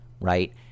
right